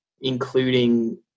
including